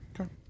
Okay